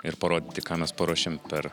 ir parodyti ką mes paruošėm per